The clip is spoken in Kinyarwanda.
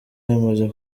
yamaze